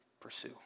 pursue